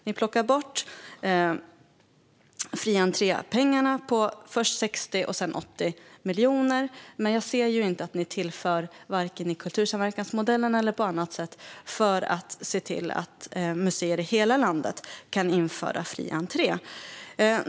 Ni plockar bort fri-entré-pengarna på först 60 och sedan 80 miljoner, men jag ser inte att ni tillför något vare sig i kultursamverkansmodellen eller på annat sätt för att se till att museer i hela landet kan införa fri entré.